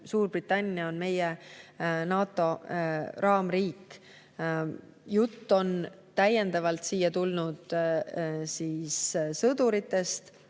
Suurbritannia on meie NATO raamriik. Jutt on täiendavalt siia tulnud sõduritest,